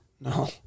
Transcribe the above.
no